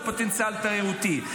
פוטנציאל תיירותי.